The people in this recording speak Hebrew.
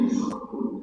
שצריך.